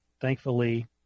thankfully